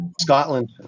Scotland